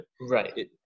Right